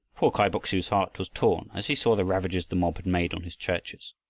poor kai bok-su's heart was torn as he saw the ravages the mob had made on his churches.